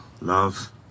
love